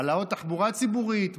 העלאות בתחבורה ציבורית,